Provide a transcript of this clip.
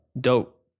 dope